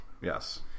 Yes